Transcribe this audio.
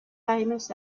famous